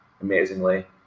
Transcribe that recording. Amazingly